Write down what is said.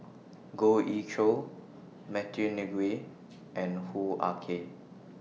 Goh Ee Choo Matthew Ngui and Hoo Ah Kay